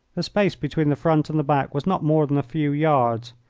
the space between the front and the back was not more than a few yards.